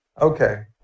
Okay